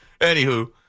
Anywho